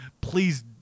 Please